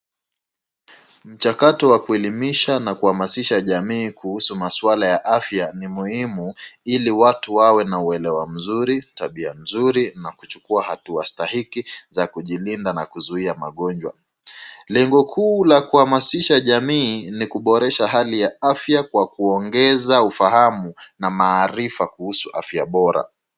Mchakato wa kuelimisha na kuhamasisha jamii kuhusu maswala ya afya ni muhimu ili watu wawe uelewa mzuri, tabia nzuri na kuchukua hatua stahiki za kujilinda na kuzuia magonjwa. Lengo kuu la kuhamasisha jamii ni kuboresha hali ya afya kwa kuongeza ufahamu na maarifa kuhusu afya bora.